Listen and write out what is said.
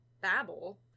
babble